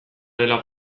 dela